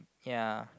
ya